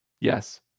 Yes